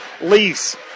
Lease